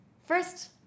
First